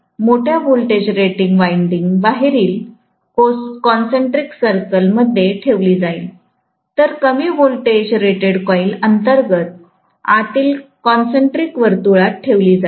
तर मोठ्या voltage rated winding बाहेरील कोसेंट्रिक सर्कल मध्ये ठेवली जाईल तर कमी व्होल्टेज रेटेड कॉईल अंतर्गत आतील कोसेंट्रिक वर्तुळात ठेवली जाईल